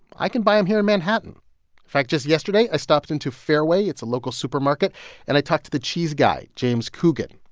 i can buy them here in manhattan. in fact, just yesterday, i stopped into fairway it's a local supermarket and i talked to the cheese guy, james coogan.